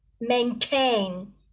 maintain